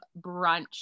brunch